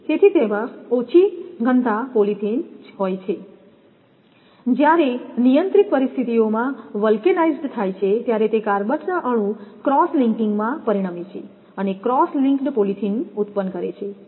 તેથી તેમાં ઓછી ઘનતા પોલિથીન હોય છે જ્યારે નિયંત્રિત પરિસ્થિતિઓમાં વલ્કેનાઇઝ્ડ થાય છે ત્યારે તે કાર્બનના અણુ ક્રોસ લિંકિંગમાં પરિણમે છે અને ક્રોસ લિંક્ડ પોલિથીન ઉત્પન્ન કરે છે